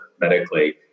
medically